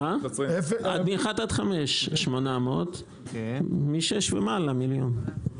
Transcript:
מ- אחד עד חמש 800 אלף, מ- שש ומעלה מיליון.